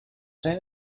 soon